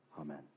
Amen